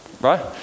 right